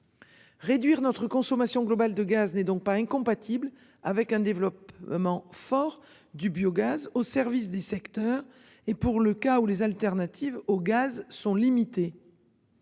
Réduire notre consommation globale de gaz n'est donc pas incompatibles avec un développement fort du biogaz au service des secteurs et pour le cas où les alternatives au gaz sont limités.